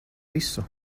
visu